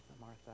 Martha